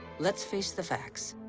let's face the facts.